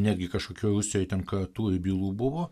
netgi kažkokių rusijoe ten kratų ir bylų buvo